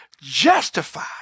justified